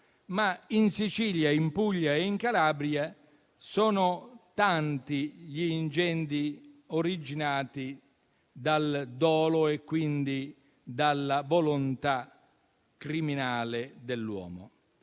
ma in Sicilia, in Puglia e in Calabria sono tanti gli incendi originati dal dolo e quindi dalla volontà criminale dell'uomo.